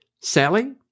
Sally